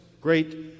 great